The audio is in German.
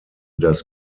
das